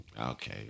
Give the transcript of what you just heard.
okay